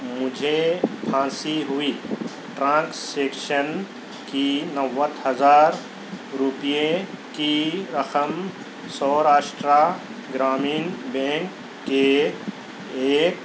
مجھے پھانسی ہوئی ٹرانکسیکشن کی نوے ہزار روپیے کی رقم سوراشٹرا گرامین بینک کے ایک